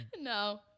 No